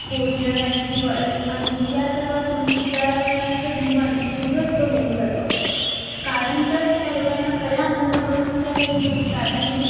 पोसण्यासाठी किंवा आणि या सर्वातून विचारांचं जीवन उद्ध्वस्त होऊन जातं कायमच्याच त्या लोकांना खऱ्या आनंदापासून त्या लोकं मुकतात आणि